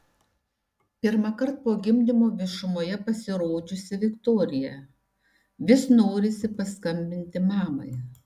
pirmąkart po gimdymo viešumoje pasirodžiusi viktorija vis norisi paskambinti mamai